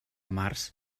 març